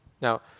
Now